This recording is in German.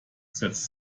setzt